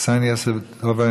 קסניה סבטלובה,